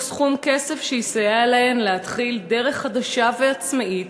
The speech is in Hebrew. סכום כסף שיסייע להן להתחיל דרך חדשה ועצמאית